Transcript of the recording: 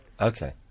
Okay